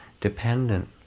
dependent